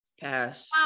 Pass